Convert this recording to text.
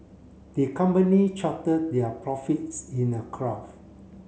the company charted their profits in a graph